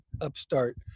upstart